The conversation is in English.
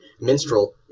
minstrel